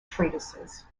treatises